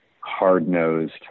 hard-nosed